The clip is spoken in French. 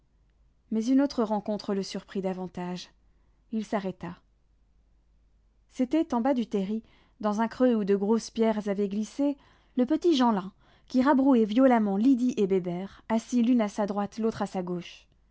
mais une autre rencontre le surprit davantage il s'arrêta c'était en bas du terri dans un creux où de grosses pierres avaient glissé le petit jeanlin qui rabrouait violemment lydie et bébert assis l'une à sa droite l'autre à sa gauche